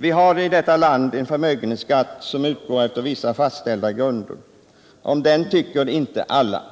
Vi har i detta land en förmögenhetsskatt som utgår efter vissa fastställda grunder. Om den tycker inte alla.